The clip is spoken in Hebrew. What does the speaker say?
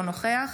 אינו נוכח